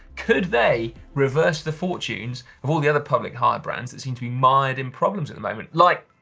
could they reverse the fortunes of all the other public hire brands that seem to be mired in problems at the moment, like